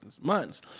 months